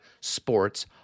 Sports